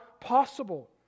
possible